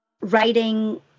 writing